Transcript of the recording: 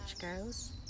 girls